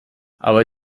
aber